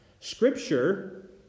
Scripture